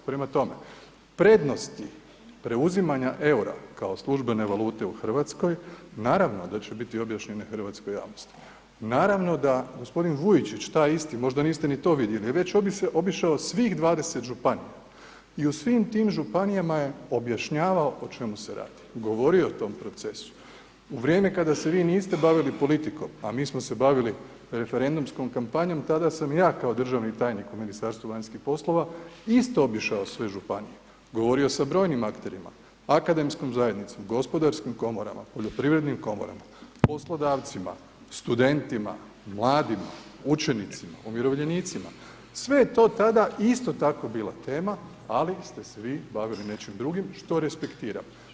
Prema tome, prednosti preuzimanja EUR-a kao službene valute u Hrvatskoj naravno da će biti objašnjene hrvatskoj javnosti, naravno gospodin Vujčić, taj isti možda niste ni to vidjeli, već obišao svih 20 županija i u svim tim županijama je objašnjavao o čemu se radi, govorio o tom procesu, u vrijeme kada se vi niste bavili politikom, a mi smo se bavili referendumskom kampanjom tada sam ja kao državni tajnik u Ministarstvu vanjskih poslova isto obišao sve županije, govorio sa brojnim akterima, akademskom zajednicom, gospodarskim komorama, poljoprivrednim komorama, poslodavcima, studentima, mladima, učenicima, umirovljenicima, sve je to tada isto tako bila tema, ali ste se vi bavili nečim drugim što respektiram.